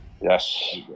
Yes